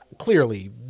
clearly